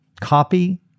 copy